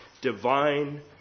divine